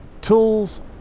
tools